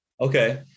Okay